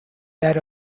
that